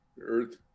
earth